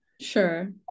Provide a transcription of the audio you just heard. Sure